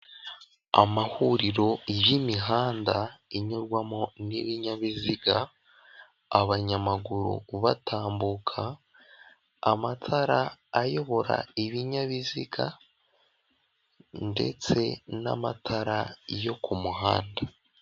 Amahuriro y'imihanda, inyurwamo n'ibinyabiziga, abanyamaguru batambuka, amatara ayobora ibinyabiziga ndetse n'amatara yo ku muhanda.